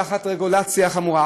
תחת רגולציה חמורה.